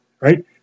Right